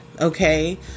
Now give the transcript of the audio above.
Okay